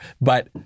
But-